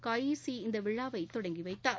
காயிசி விழாவை தொடங்கி வைத்தார்